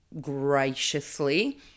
graciously